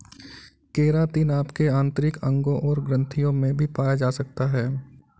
keratin आपके आंतरिक अंगों और ग्रंथियों में भी पाया जा सकता है